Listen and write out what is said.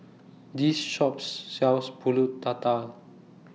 This Shop sells Pulut Tatal